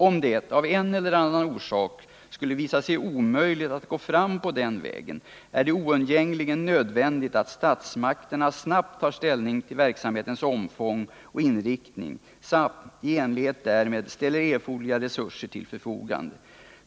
Om det, av en eller annan orsak, skulle visa sig omöjligt att gå fram på den vägen, är det oundgängligen nödvändigt att statsmakterna snabbt tar ställning till verksamhetens omfång och inriktning samt, i enlighet därmed, ställer erforderliga resurser till förfogande.